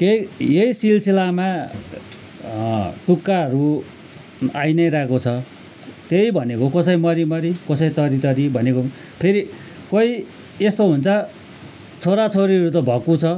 त्यही यही सिलसिलामा तुक्काहरू आइनै रहेको छ त्यही भनेको कसैलाई मरीमरी कसैलाई तरीतरी भनेको फेरि कोही यस्तो हुन्छ छोराछोरीहरू त भक्कु छ